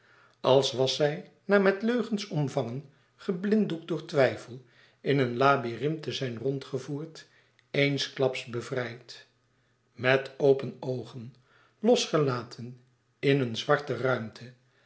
als was zij na met leugens omvangen geblinddoekt door twijfel in een labyrinth te zijn rondgevoerd eensklaps bevrijd met open oogen losgelaten in een zwarte ruimte